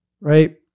right